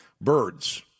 Birds